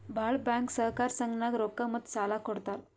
ಭಾಳ್ ಬ್ಯಾಂಕ್ ಸಹಕಾರ ಸಂಘನಾಗ್ ರೊಕ್ಕಾ ಮತ್ತ ಸಾಲಾ ಕೊಡ್ತಾರ್